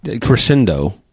crescendo